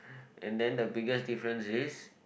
and then the biggest difference is